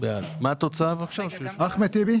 בעד אחמד טיבי